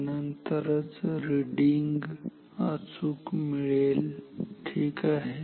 त्यानंतरच रीडिंग अचूक मिळेल ठीक आहे